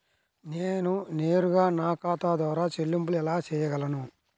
నేను నేరుగా నా ఖాతా ద్వారా చెల్లింపులు ఎలా చేయగలను?